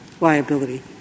liability